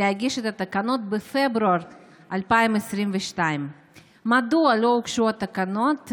להגיש את התקנות בפברואר 2022. רצוני לשאול: 1. מדוע לא הוגשו התקנות?